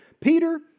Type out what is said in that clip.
Peter